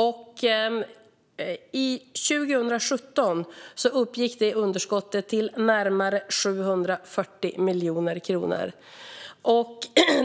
År 2017 uppgick underskottet till närmare 740 miljoner kronor.